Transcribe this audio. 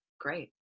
great